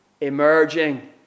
emerging